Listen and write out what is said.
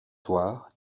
soir